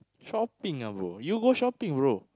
shopping ah bro you go shopping bro